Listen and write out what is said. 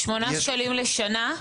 שמונה שקלים לשנה,